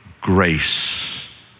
grace